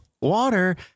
water